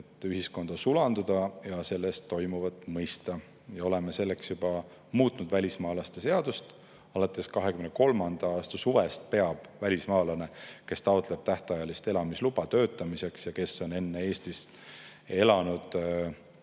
ühiskonda sulanduda ja selles toimuvat mõista. Oleme selleks juba muutnud välismaalaste seadust. Alates 2023. aasta suvest peab välismaalane, kes taotleb tähtajalist elamisluba töötamiseks ja kes on Eestis elanud